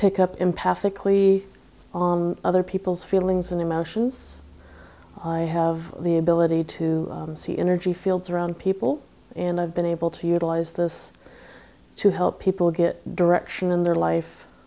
thickly other people's feelings and emotions i have the ability to see energy fields around people and i've been able to utilize this to help people get direction in their life